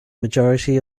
majority